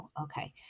okay